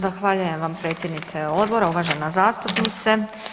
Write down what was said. Zahvaljujem vam se predsjednice odbora, uvažena zastupnice.